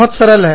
बहुत सरल है